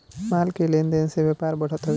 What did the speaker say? माल के लेन देन से व्यापार बढ़त हवे